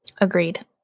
Agreed